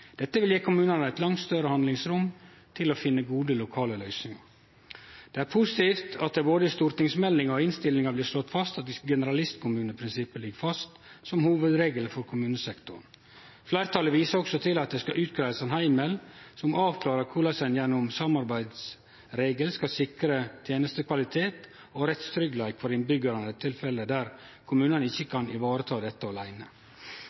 Dette vil gje kommunane eit langt større handlingsrom til å finne gode lokale løysingar. Det er positivt at det både i stortingsmeldinga og i innstillinga blir slått fast at generalistkommuneprinsippet ligg fast som hovudregel for kommunesektoren. Fleirtalet viser også til at det skal greiast ut ein heimel som avklarar korleis ein gjennom ein samarbeidsregel skal sikre tenestekvalitet og rettstryggleik for innbyggjarane i tilfelle der kommunane ikkje kan vareta dette